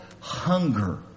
hunger